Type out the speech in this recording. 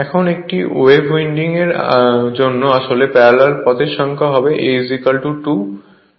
এখন একটি wave winding এর জন্য আসলে প্যারালাল পাথের সংখ্যা সর্বদা A 2 হয়